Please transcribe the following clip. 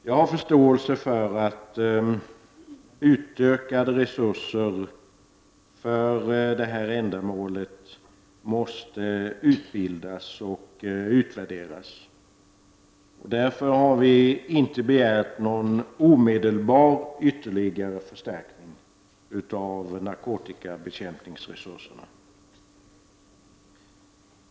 Jag har förståelse för att en utökning av resurserna för detta ändamål måste utvärderas. Därför har vi inte begärt någon omedelbar ytterligare förstärkning av narkotikabekämpningsresurserna.